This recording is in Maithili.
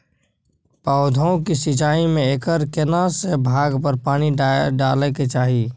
पौधों की सिंचाई में एकर केना से भाग पर पानी डालय के चाही?